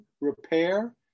repair